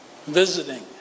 visiting